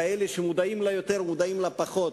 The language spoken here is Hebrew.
כאלה שמודעים לה יותר או מודעים לה פחות.